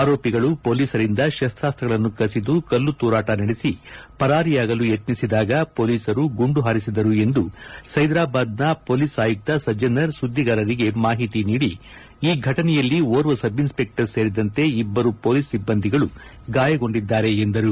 ಆರೋಪಿಗಳು ಮೊಲೀಸರಿಂದ ಶಸ್ತಾಸ್ತಗಳನ್ನು ಕಸಿದು ಕಲ್ಲು ತೂರಾಟ ನಡೆಸಿ ಪರಾರಿಯಾಗಲು ಯತ್ನಿಸಿದಾಗ ಮೊಲೀಸರು ಗುಂಡು ಹಾರಿಸಿದರು ಎಂದು ಸೈದ್ರಾಬಾದ್ನ ಮೊಲೀಸ್ ಆಯುಕ್ತ ಸಜ್ಜನರ್ ಸುದ್ದಿಗಾರರಿಗೆ ಮಾಹಿತಿ ನೀಡಿ ಈ ಘಟನೆಯಲ್ಲಿ ಒರ್ವ ಸಬ್ ಇನ್ಸ್ಪೆಕ್ಟರ್ ಸೇರಿದಂತೆ ಇಬ್ಬರು ಮೊಲೀಸ್ ಸಿಬ್ಬಂದಿಗಳು ಗಾಯಗೊಂಡಿದ್ದಾರೆ ಎಂದರು